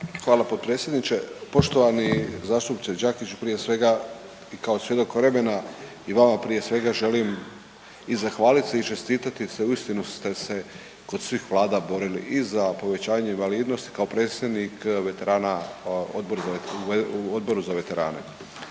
Hvala potpredsjedniče. Poštovani zastupniče Đakić, prije svega i kao svjedok vremena i vama prije svega želim i zahvalit se i čestitati, uistinu ste se kod svih Vlada borili i za povećanje invalidnosti kao predsjednik veterana u Odboru za veterane,